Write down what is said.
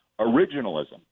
originalism